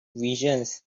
visions